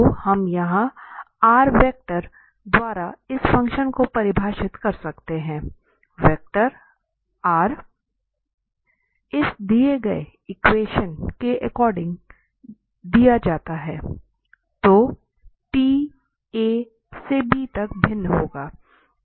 तो हम यहां वेक्टर द्वारा इस फ़ंक्शन को परिभाषित कर सकते हैं वेक्टर द्वारा दिया गया है और t a से b तक भिन्न होगा